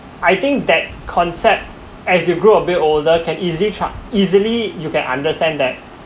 I think that concept as you grow a bit older can easy tran~ easily you can understand that